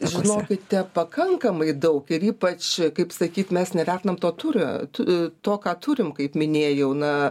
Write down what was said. žinokite pakankamai daug ir ypač kaip sakyt mes nevertinam to tūrio tu to ką turim kaip minėjau na